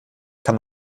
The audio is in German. kann